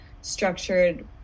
structured